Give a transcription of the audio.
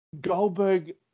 Goldberg